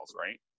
right